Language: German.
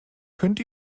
könnt